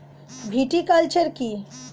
Viticulture কী?